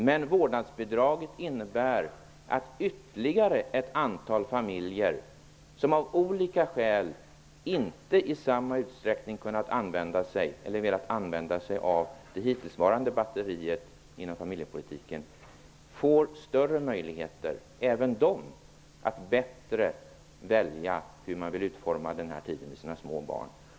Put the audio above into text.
Men vårdnadsbidraget innebär att ytterligare ett antal familjer, som av olika skäl inte i samma utsträckning som andra har kunnat eller velat använda sig av det hittillsvarande batteriet inom familjepolitiken, får större möjligheter att även de bättre välja hur de vill utforma tiden med sina små barn.